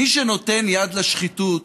מי שנותן יד לשחיתות